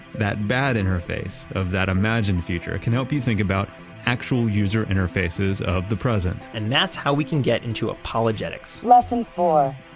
that bad interface of that imagined future can help you think about actual user interfaces of the present. and that's how we can get into apologetics lesson four.